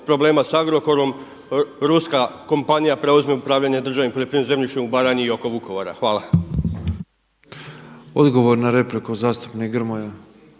problema sa Agrokorom ruska kompanija preuzme upravljanje državnim poljoprivrednim zemljištem u Baranji i oko Vukovara. Hvala. **Petrov, Božo (MOST)** Odgovor